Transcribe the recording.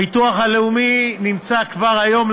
הביטוח הלאומי נמצא כבר היום,